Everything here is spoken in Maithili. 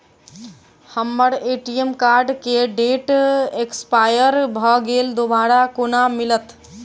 हम्मर ए.टी.एम कार्ड केँ डेट एक्सपायर भऽ गेल दोबारा कोना मिलत?